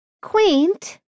quaint